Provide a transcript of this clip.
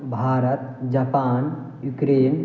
Bharat Japan Ukraine